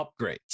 upgrades